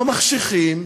במחשכים,